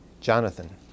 Jonathan